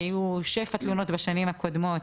היו שפע תלונות בשנים הקודמות